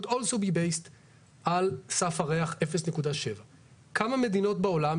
could also be based על סף הריח 0.7. כמה מדינות בעולם,